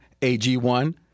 AG1